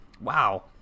wow